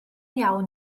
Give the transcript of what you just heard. iawn